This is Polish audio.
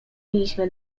mieliśmy